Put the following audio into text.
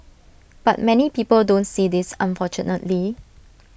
but many people don't see this unfortunately